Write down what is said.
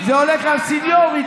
זה הולך על סניוריטי.